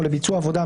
או לביצוע עבודה,